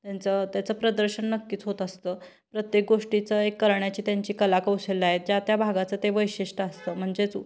त्यांचं त्याचं प्रदर्शन नक्कीच होत असतं प्रत्येक गोष्टीचं हे करण्याची त्यांची कलाकौशल्य आहे ज्या त्या भागाचं ते वैशिष्ट्य असतं म्हणजेच